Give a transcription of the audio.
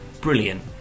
Brilliant